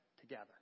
together